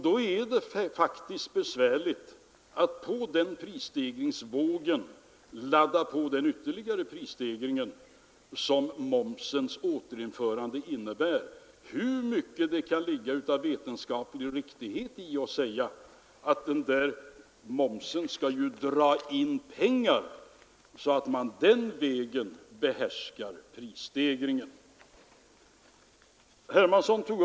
Då är det faktiskt besvärligt att på den prisstegringsvågen lägga den ytterligare prisstegring som momsens återinförande innebär. Hur mycket av vetenskaplig riktighet som kan ligga i att säga att denna moms skall dra in pengar, så att man den vägen behärskar prisstegringen, så blir det inte lättare.